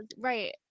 right